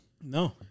No